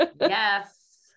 Yes